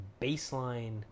baseline